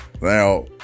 Now